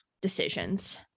decisions